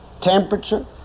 temperature